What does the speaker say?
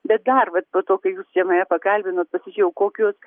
bet dar vat po to kai jūs čia mane pakalbinot pasižiūrėjau kokios